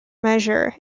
measure